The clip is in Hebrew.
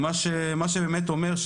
מה שבאמת אומר,